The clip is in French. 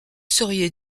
seriez